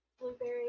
Blueberry